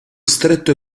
stretto